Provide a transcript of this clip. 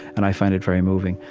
and i find it very moving.